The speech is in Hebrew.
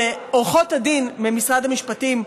לעורכות הדין ממשרד המשפטים,